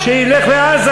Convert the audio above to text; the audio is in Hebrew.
אתה איפה נולדת?